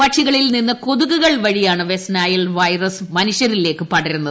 പക്ഷികളിൽ നിന്ന് കൊതുകുകൾ വഴിയാണ് വെസ്റ്റ് നൈൽ വൈറസ് മനുഷ്യരിലേക്ക് പടരുന്നത്